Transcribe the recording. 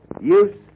use